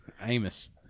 Amos